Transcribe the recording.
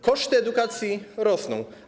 Koszty edukacji rosną.